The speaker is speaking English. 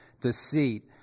deceit